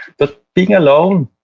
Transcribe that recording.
but being alone,